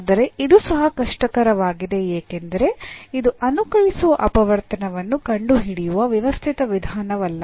ಆದರೆ ಇದು ಸಹ ಕಷ್ಟಕರವಾಗಿದೆ ಏಕೆಂದರೆ ಇದು ಅನುಕಲಿಸುವ ಅಪವರ್ತನವನ್ನು ಕಂಡುಹಿಡಿಯುವ ವ್ಯವಸ್ಥಿತ ವಿಧಾನವಲ್ಲ